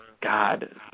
God